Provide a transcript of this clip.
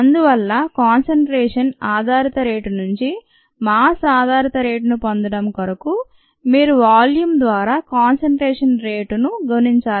అందువల్ల కాన్సంట్రేషన్ ఆధారిత రేటు నుంచి మాస్ ఆధారిత రేటును పొందడం కొరకు మీరు వాల్యూం ద్వారా కాన్సంట్రేషన్ రేట్ రేటును గుణించాల్సి ఉంటుంది